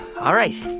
all right.